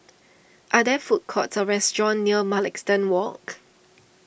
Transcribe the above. are there food courts or restaurants near Mugliston Walk